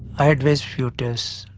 i advice few tests.